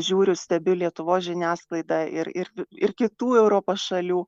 žiūriu stebiu lietuvos žiniasklaidą ir ir ir kitų europos šalių